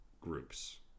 groups